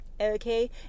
okay